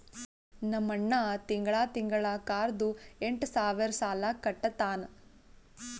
ನಮ್ ಅಣ್ಣಾ ತಿಂಗಳಾ ತಿಂಗಳಾ ಕಾರ್ದು ಎಂಟ್ ಸಾವಿರ್ ಸಾಲಾ ಕಟ್ಟತ್ತಾನ್